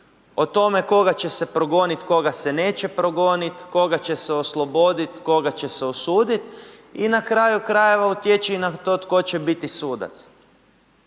o tome koga će se progoniti, koga se neće progoniti, koga će se osloboditi, koga će se osuditi. I na kraju krajeva utječe i na to tko će biti sudac.